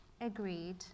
agreed